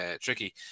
tricky